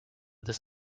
this